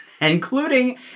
including